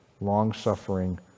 long-suffering